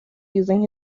using